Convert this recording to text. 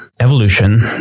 evolution